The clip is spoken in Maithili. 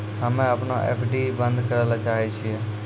हम्मे अपनो एफ.डी बन्द करै ले चाहै छियै